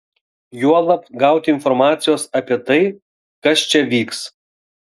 juolab gauti informacijos apie tai kas čia vyks